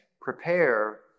Prepare